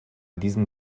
diesem